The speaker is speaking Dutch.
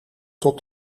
tot